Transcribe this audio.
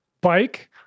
bike